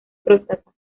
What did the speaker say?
próstata